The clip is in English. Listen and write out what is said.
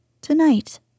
tonight